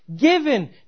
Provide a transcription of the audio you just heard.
given